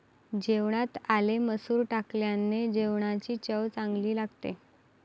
जेवणात आले मसूर टाकल्याने जेवणाची चव चांगली लागते